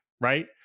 right